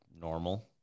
normal